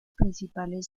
principales